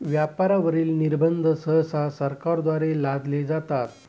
व्यापारावरील निर्बंध सहसा सरकारद्वारे लादले जातात